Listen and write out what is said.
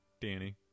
Danny